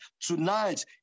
tonight